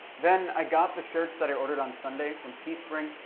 then i got the shirts that i ordered on sunday from teespring,